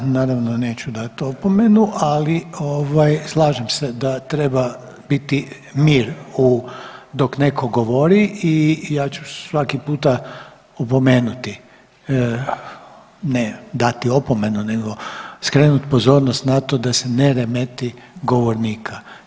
Ja naravno neću dati opomenu, ali slažem se da treba biti mir dok netko govori i ja ću svaki puta opomenuti, ne dati opomenu nego skrenut pozornost na to da se ne remeti govornika.